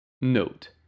Note